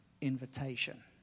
invitation